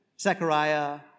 Zechariah